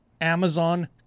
Amazon